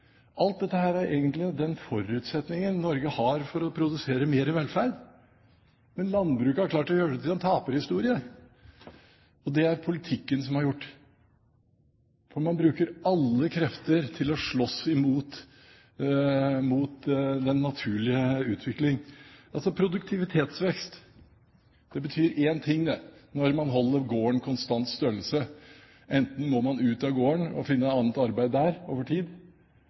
Alt dette er egentlig den forutsetningen Norge har for å produsere mer velferd, men landbruket har klart å gjøre det til en taperhistorie. Det er det politikken som har gjort, for man bruker alle krefter til å slåss imot den naturlige utvikling. Produktivitetsvekst betyr én ting når man holder gården i konstant størrelse: Enten må man ut av gården og finne annet arbeid der over tid,